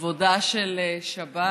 בכבודה של שבת